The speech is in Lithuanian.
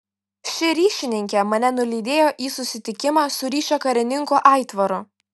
ši ryšininkė mane nulydėjo į susitikimą su ryšio karininku aitvaru